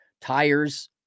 tires